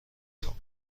خوام